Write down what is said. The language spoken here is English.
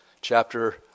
chapter